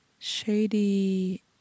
shady